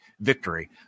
victory